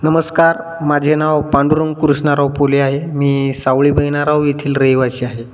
नमस्कार माझे नाव पांडुरंग कृष्णराव फुले आहे मी सावळी बहिनाराव येथील रहिवासी आहे